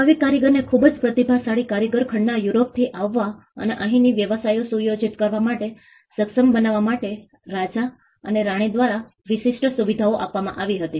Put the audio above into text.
હવે કારીગરને ખૂબ જ પ્રતિભાશાળી કારીગર ખંડના યુરોપથી આવવા અને અહીંના વ્યવસાયો સુયોજિત કરવા માટે સક્ષમ બનાવવા માટે રાજા અથવા રાણી દ્વારા વિશિષ્ટ સુવિધાઓ આપવામાં આવી હતી